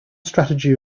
strategy